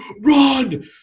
run